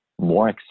more